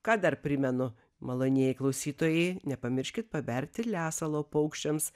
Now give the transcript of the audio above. ką dar primenu malonieji klausytojai nepamirškit paberti lesalo paukščiams